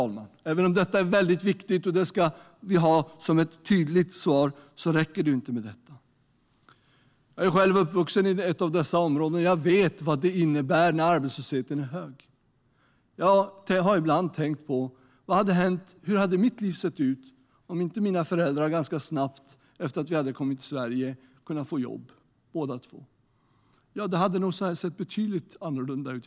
Även om det jag nu nämnt är viktigt och ett tydligt svar räcker det inte. Jag är själv uppvuxen i ett av dessa områden. Jag vet vad det innebär när arbetslösheten är hög. Jag har ibland tänkt på hur mitt liv kunde ha sett ut om inte mina båda föräldrar hade fått jobb ganska snabbt efter att vi kommit till Sverige. Det hade nog sett helt annorlunda ut.